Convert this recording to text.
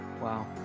Wow